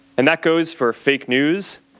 and that goes for fake news,